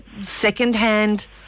secondhand